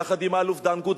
ביחד עם האלוף דנגוט,